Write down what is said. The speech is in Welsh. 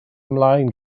ymlaen